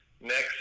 next